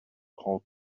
call